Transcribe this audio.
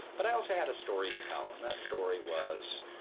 but i also had a story to tell. and that story was,